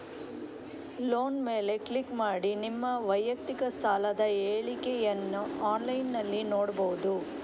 loan ಮೇಲೆ click ಮಾಡಿ ನಿಮ್ಮ ವೈಯಕ್ತಿಕ ಸಾಲದ ಹೇಳಿಕೆಯನ್ನ ಆನ್ಲೈನಿನಲ್ಲಿ ನೋಡ್ಬಹುದು